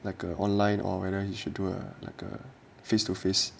那个 online or whether he should do a like a face to face